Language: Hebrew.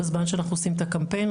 בזמן שאנחנו עושים את הקמפיין.